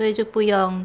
所以就不用